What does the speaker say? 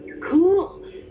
Cool